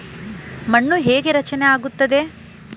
ಮಣ್ಣು ಹೇಗೆ ರಚನೆ ಆಗುತ್ತದೆ?